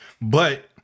But-